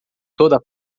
toda